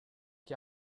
che